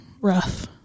rough